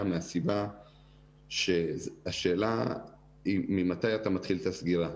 מהסיבה שהשאלה היא ממתי אתה מתחיל את הסגירה.